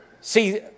See